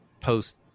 post